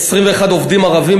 21 עובדים ערבים,